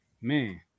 Man